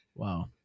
Wow